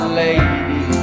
lady